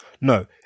No